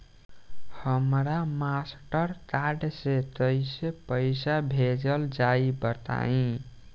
हमरा Mastercard से कइसे पईसा भेजल जाई बताई?